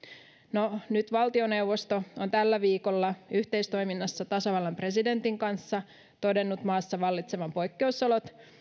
no nyt valtioneuvosto on tällä viikolla yhteistoiminnassa tasavallan presidentin kanssa todennut maassa vallitsevan poikkeusolot